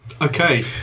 Okay